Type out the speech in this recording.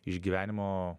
iš gyvenimo